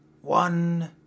One